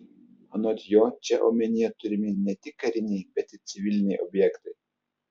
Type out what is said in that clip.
anot jo čia omenyje turimi ne tik kariniai bet ir civiliniai objektai